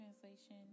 Translation